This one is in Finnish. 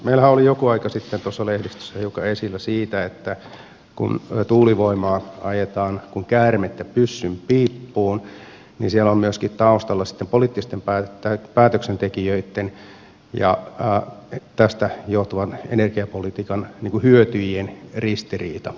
meillähän oli joku aika sitten lehdistössä hiukan esillä että kun tuulivoimaa ajetaan kuin käärmettä pyssyn piippuun niin siellä on myöskin taustalla sitten poliittisten päätöksentekijöitten ja tästä johtuvan energiapolitiikan hyötyjien ristiriita